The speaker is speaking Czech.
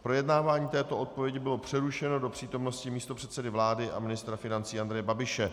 Projednávání této odpovědi bylo přerušeno do přítomnosti místopředsedy vlády a ministra vlády Andreje Babiše.